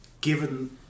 given